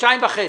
חודשיים וחצי.